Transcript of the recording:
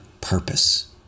purpose